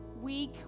week